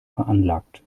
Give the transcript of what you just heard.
veranlagt